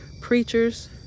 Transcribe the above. preachers